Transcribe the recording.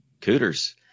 cooters